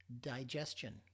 digestion